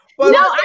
No